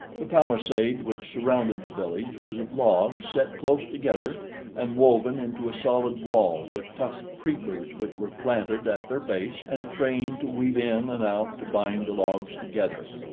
the palisade which surrounded the village was of logs set close together and woven into a solid wall with tough creepers which were planted at their base and trained to weave in and out to bind the logs together.